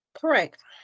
Correct